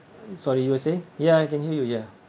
sorry you were saying ya I can hear you ya